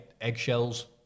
Eggshells